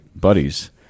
buddies